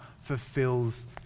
fulfills